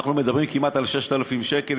ואנחנו מדברים כמעט על 6,000 שקל.